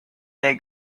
they